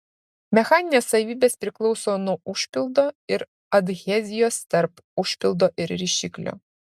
mechaninės savybės priklauso nuo užpildo ir adhezijos tarp užpildo ir rišiklio